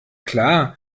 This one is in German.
klar